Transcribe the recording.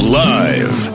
live